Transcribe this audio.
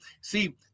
See